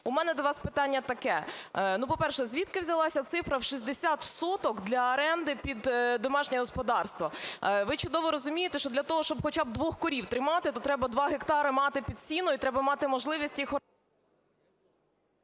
У мене до вас питання таке. По-перше, звідки взялася цифра в 60 соток для оренди під домашнє господарство? Ви чудово розумієте, що для того, щоб хоча б двох корів тримати, то треба 2 гектари мати під сіно і треба мати можливість їх…